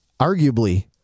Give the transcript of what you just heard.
arguably